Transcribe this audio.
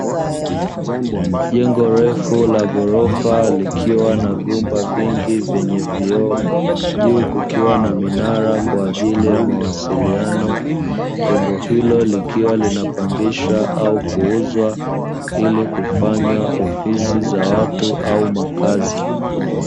Jengo refu la ghorofa, likiwa na vyumba vingi vyenye vioo, juu kukiwa na minara kwa ajili ya mawasiliano, jengo hilo likiwa linapangishwa au kuuzwa ili kufanywa ofisi za watu au makazi.